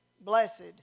Blessed